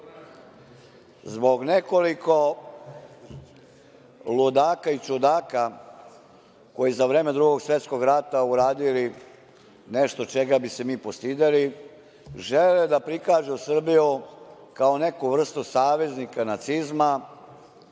zbog nekoliko ludaka i čudaka koji za vreme Drugog svetskog rata uradili nešto čega bi se mi postideli žele da prikažu Srbiju kao neku vrstu saveznika nacizma